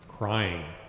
crying